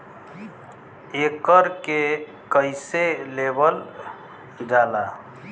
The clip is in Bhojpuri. एकरके कईसे लेवल जाला?